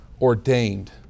ordained